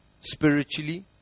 spiritually